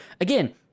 again